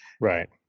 Right